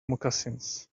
moccasins